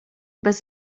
bez